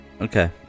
Okay